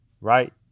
right